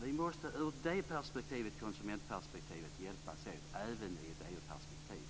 Vi måste ur det perspektivet, konsumentperspektivet, hjälpas åt även i ett EU perspektiv.